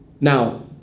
Now